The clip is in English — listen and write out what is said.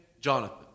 Jonathan